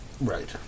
right